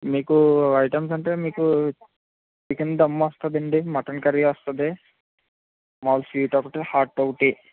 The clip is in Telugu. మీకు ఐటమ్స్ అంటే మీకు చికెన్ దమ్ వస్తుందండి మటన్ కర్రీ వస్తుంది మళ్ళీ స్వీట్ ఒకటి హాట్ ఒకటి